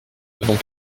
avons